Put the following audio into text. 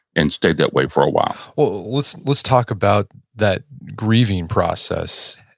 and stayed that way for a while let's let's talk about that grieving process.